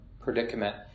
predicament